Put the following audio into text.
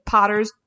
Potters